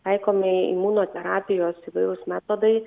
taikomi imunoterapijos įvairūs metodai